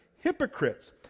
hypocrites